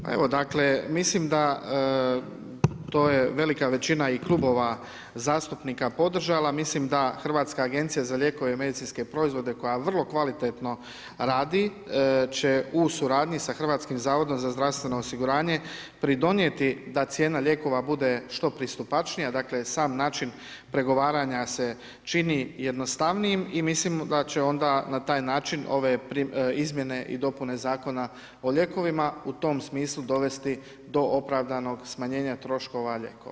Pa evo dakle, mislim da to je velika većina i klubova zastupnika podržala, mislim da Hrvatska agencija za lijekove i medicinske proizvode koja vrlo kvalitetno će u suradnji sa HZZO-om, pridonijeti da cijena lijekova bude što pristupačnija, dakle sam način pregovaranja se čini jednostavnijim i mislimo da će onda na taj način ove izmjene i dopune Zakona o lijekovima u tom smislu dovesti do opravdanog smanjenja troškova lijekova.